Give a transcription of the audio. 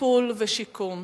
טיפול ושיקום.